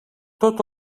tot